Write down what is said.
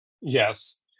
yes